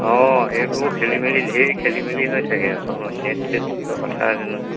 অঁ সেইবোৰ খেলিমেলি ঢেৰ খেলিমেলি হৈ থাকে আকৌ অঁ নেট চেটৰ কথা আছে নহয়